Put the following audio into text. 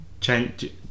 Change